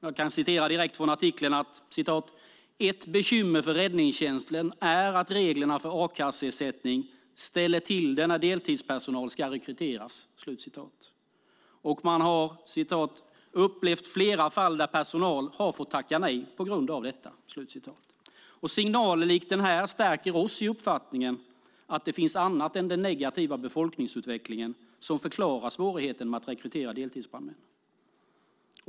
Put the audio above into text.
Jag kan citera direkt från artikeln att ett "bekymmer för räddningstjänsten är att reglerna för a-kasseersättning ställer till det när deltidspersonal ska rekryteras" och att man "har upplevt flera fall där personal har fått tacka nej på grund av detta". Signaler likt den här stärker oss i uppfattningen att det finns annat än den negativa befolkningsutvecklingen som förklarar svårigheten med att rekrytera deltidsbrandmän.